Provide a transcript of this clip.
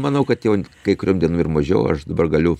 manau kad jau kai kuriom dienom ir mažiau aš dabar galiu